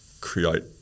create